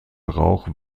brauch